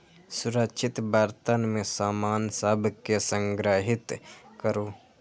सुरक्षित बर्तन मे सामान सभ कें संग्रहीत करू